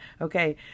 Okay